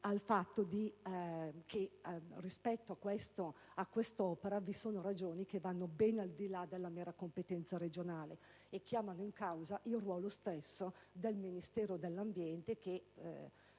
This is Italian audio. rimango convinta che vi siano ragioni che vanno ben al di là della mera competenza regionale e chiamano in causa il ruolo stesso del Ministero dell'Ambiente, che